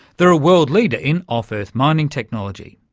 they're a world leader in off-earth mining technology.